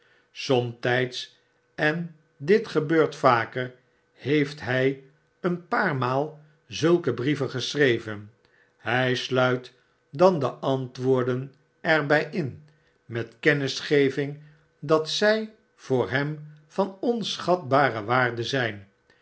somtijds en dit gebeurt vaker heeft hij een paar maal zulke brieven geschreven hij sluit dan de antwoorden er bij in met kennisgeving dat zij voor hem van onschatbare waarde zijn